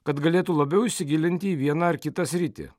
kad galėtų labiau įsigilinti į vieną ar kitą sritį